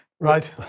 Right